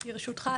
ברשותך,